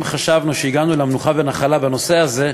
חשבנו שהגענו למנוחה ולנחלה בנושא הזה,